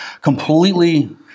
completely